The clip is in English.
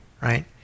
right